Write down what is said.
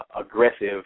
aggressive